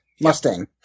Mustang